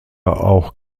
auch